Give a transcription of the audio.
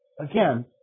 Again